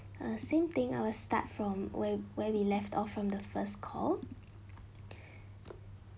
uh same thing I'll start from where where we left off from the first call